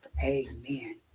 Amen